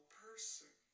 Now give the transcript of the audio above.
person